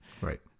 right